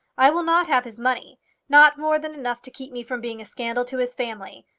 i will not have his money not more than enough to keep me from being a scandal to his family.